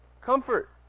Comfort